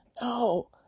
no